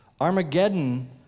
Armageddon